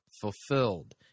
Fulfilled